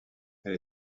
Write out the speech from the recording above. elle